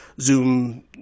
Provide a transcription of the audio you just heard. zoom